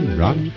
run